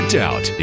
doubt